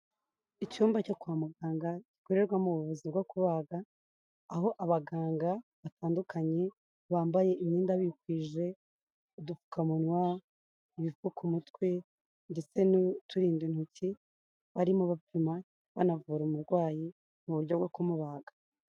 Icyumba cyo kwa muganga gikorerwamo ubuvuzi bwo kubaga, aho abaganga batandukanye bambaye imyenda bikwije, udupfukamunwa, ibipfuka umutwe ndetse n'uturinda intoki, barimo bapima banavura umurwayi mu buryo bwo kumubaga.